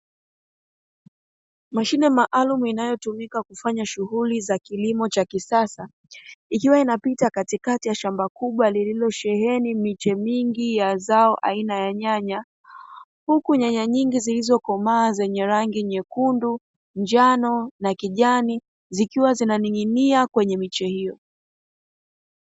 Mashine maalumu inayotumika kufanya shughuli za kilimo cha kisasa, ikiwa inapita katikati ya shamba kubwa lililosheheni miche mingi ya zao aina ya nyanya, huku nyanya nyingi zilizokomaa zenye rangi nyekundu, njano na kijani zikiwa zinaning'inia kwenye miche hiyo.